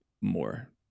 more